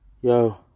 Yo